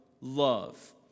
love